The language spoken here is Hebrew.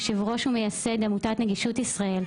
יושב-ראש ומייסד עמותת "נגישות ישראל",